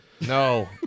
No